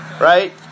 Right